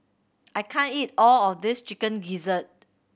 I can't eat all of this Chicken Gizzard